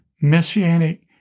messianic